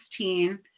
2016